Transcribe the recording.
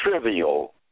trivial